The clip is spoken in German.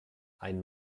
ein